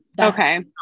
okay